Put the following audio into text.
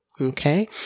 Okay